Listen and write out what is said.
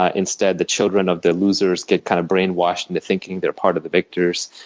ah instead, the children of the losers get kind of brainwashed into thinking they're part of the victors.